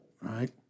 right